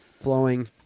flowing